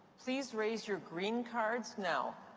please raise your green cards now.